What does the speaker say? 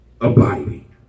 abiding